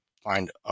find